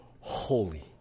holy